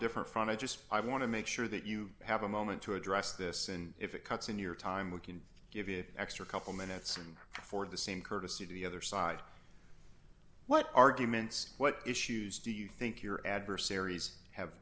different front i just i want to make sure that you have a moment to address this and if it cuts in your time we can give you an extra couple minutes for the same courtesy to the other side what arguments what issues do you think your adversaries have